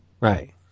Right